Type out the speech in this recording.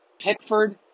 Pickford